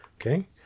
Okay